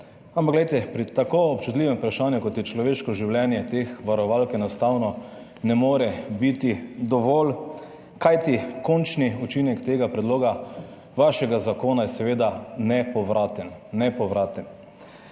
ampak glejte, pri tako občutljivem vprašanju, kot je človeško življenje, teh varovalk enostavno ne more biti dovolj, kajti končni učinek tega vašega predloga zakona je seveda nepovraten.